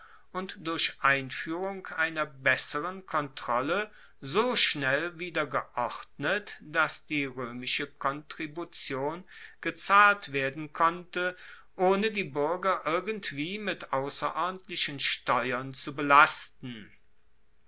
und durch einfuehrung einer besseren kontrolle so schnell wieder geordnet dass die roemische kontribution gezahlt werden konnte ohne die buerger irgendwie mit ausserordentlichen steuern zu belasten